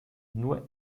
nur